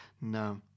No